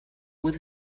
with